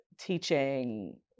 teaching